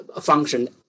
function